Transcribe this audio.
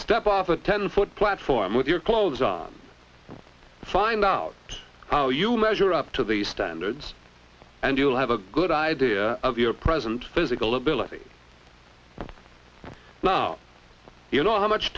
step off a ten foot platform with your clothes on find out how you measure up to the standards and you'll have a good idea of your present physical ability now you know how much